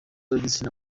w’igitsina